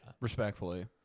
Respectfully